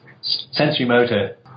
Sensory-motor